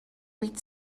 with